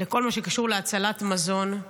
לכל מה שקשור להצלת מזון.